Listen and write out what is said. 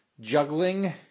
juggling